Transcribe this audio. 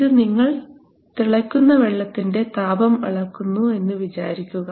ഇന്ന് നിങ്ങൾ തിളക്കുന്ന വെള്ളത്തിൻറെ താപം അളക്കുന്നു എന്ന് വിചാരിക്കുക